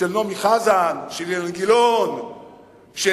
של נעמי חזן, של אילן גילאון, שלי.